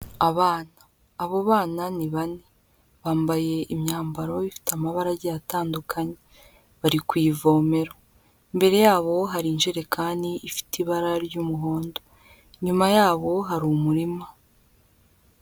Abana, abo bana ni bane, bambaye imyambaro ifite amabara agiye atandukanye, bari ku ivomero, imbere yabo hari ijerekani ifite ibara ry'umuhondo, inyuma yabo hari umurima.